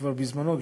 שכבר בזמנו,